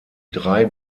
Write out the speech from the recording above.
drei